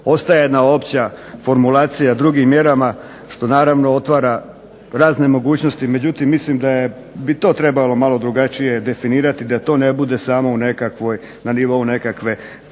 ostaje jedna opća formulacija drugim mjerama, što naravno otvara razne mogućnosti, međutim mislim da bi to trebalo malo drugačije definirati, da to ne bude samo u nekakvoj,